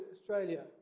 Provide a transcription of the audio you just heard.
Australia